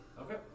Okay